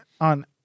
on